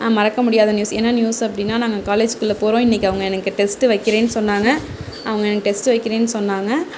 நான் மறக்க முடியாத நியூஸ் என்ன நியூஸ் அப்படின்னா நாங்கள் காலேஜ்குள்ள போகிறோம் இன்னைக்கி அவங்க எனக்கு டெஸ்ட் வைக்கிறேன்னு சொன்னாங்கள் அவங்க எனக்கு டெஸ்ட்டு வைக்கிறேன்னு சொன்னாங்கள்